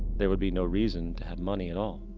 there would be no reason to have money at all.